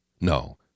No